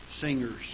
Singers